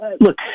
look